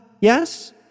yes